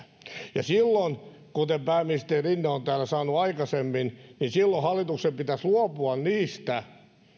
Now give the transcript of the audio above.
ja silloin kuten pääministeri rinne on täällä sanonut aikaisemmin hallituksen pitäisi luopua niistä